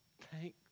Thank